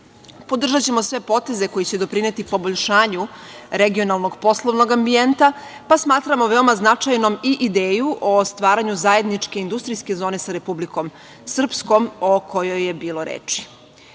sve poteze koji će doprineti poboljšanju regionalnog poslovnog ambijenta, pa smatramo veoma značajnom i ideju o stvaranju zajedničke industrije zone sa Republikom Srpkom, o kojoj je bilo reči.